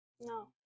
No